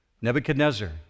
Nebuchadnezzar